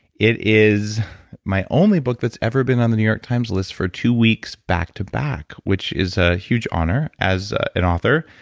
it is my only book that's ever been on the new york times list for two weeks back to back, which is a huge honor as an author.